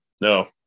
No